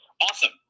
Awesome